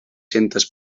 centes